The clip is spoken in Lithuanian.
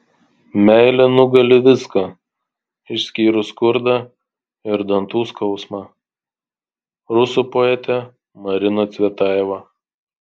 meilė nugali viską išskyrus skurdą ir dantų skausmą rusų poetė marina cvetajeva